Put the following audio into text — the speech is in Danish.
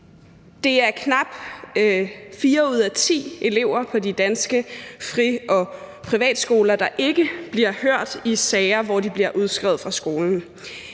Det er knap fire ud af ti elever på de danske fri- og privatskoler, der ikke bliver hørt i sager, hvor de bliver udskrevet fra skolen.